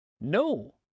No